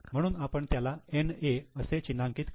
म्हणून आपण त्याला NA असे चिन्हांकित करू